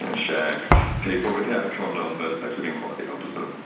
ah shag people without a condom, but it's actually been quite the opposite.